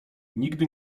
nigdy